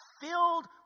filled